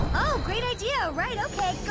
oh, great idea, right okay,